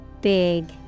Big